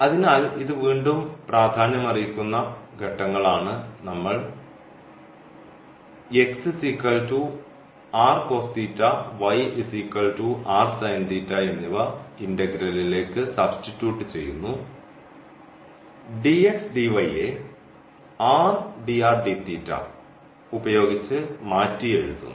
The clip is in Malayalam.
അതിനാൽ ഇത് വീണ്ടും പ്രാധാന്യമർഹിക്കുന്ന ഘട്ടങ്ങളാണ് നമ്മൾ എന്നിവ ഇന്റഗ്രലിലേക്ക് സബ്സ്റ്റിറ്റ്യൂട്ട് ചെയ്യുന്നു dx dy യെ r dr dθ ഉപയോഗിച്ച് മാറ്റിയെഴുതുന്നു